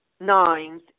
nines